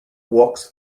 walks